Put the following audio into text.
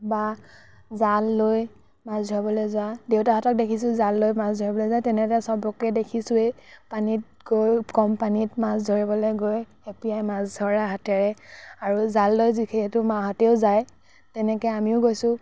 বা জাল লৈ মাছ ধৰিবলৈ যোৱা দেউতাহঁতক দেখিছোঁ জাল লৈ মাছ ধৰিবলৈ যায় তেনেদৰে চবকৈ দেখিছোঁৱে পানীত গৈ কম পানীত মাছ ধৰিবলৈ গৈ খেপিয়াই মাছ ধৰা হাতেৰে আৰু জাল লৈ যিহেতু মাহঁতেও যায় তেনেকৈ আমিও গৈছোঁ